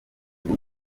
ubu